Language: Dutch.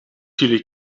jullie